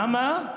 למה?